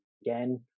again